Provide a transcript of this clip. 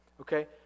Okay